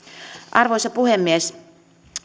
arvoisa puhemies